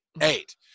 Eight